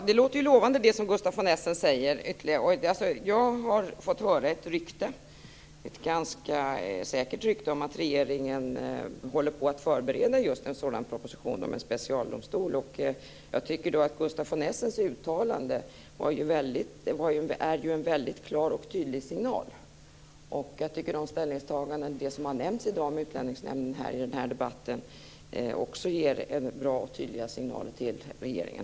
Fru talman! Det som Gustaf von Essen säger låter ju lovande. Jag har hört ett ganska säkert rykte om att regeringen håller på att förbereda just en sådan proposition där specialdomstol ingår. Jag tycker att Gustaf von Essens uttalande är en väldigt klar och tydlig signal. Det som har nämnts i debatten i dag om Utlänningsnämnden ger också bra och tydliga signaler till regeringen.